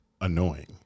annoying